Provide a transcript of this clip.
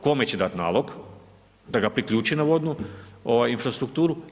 Kome će dati nalog da ga priključe na vodnu infrastrukturu?